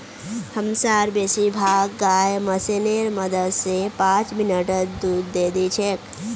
हमसार बेसी भाग गाय मशीनेर मदद स पांच मिनटत दूध दे दी छेक